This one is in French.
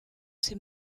ses